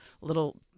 little